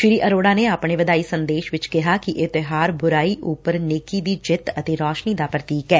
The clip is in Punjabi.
ਸ੍ਰੀ ਅਰੋਤਾ ਨੇ ਆਪਣੇ ਵਧਾਈ ਸੰਦੇਸ਼ ਚ ਕਿਹਾ ਕਿ ਇਹ ਤਿਉਹਾਰ ਬੁਰਾਈ ਉਪਰ ਨੇਕੀ ਦੀ ਜਿੱਤ ਅਤੇ ਰੌਸ਼ਨੀ ਦਾ ਪ੍ਰਤੀਕ ਐ